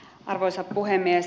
arvoisa puhemies